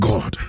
God